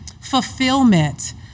fulfillment